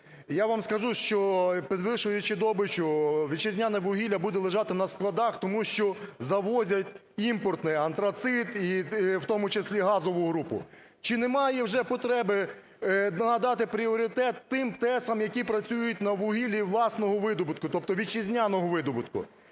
я вам скажу, що, підвищуючи добичу, вітчизняне вугілля буде лежати в на складах, тому що завозять імпортне, антрацит і в тому числі газову групу. Чи немає вже потреби нагадати пріоритет тим ТЕС, які працюють на вугіллі власного видобутку, тобто вітчизняного видобутку?